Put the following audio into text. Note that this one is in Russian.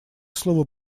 слово